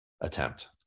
attempt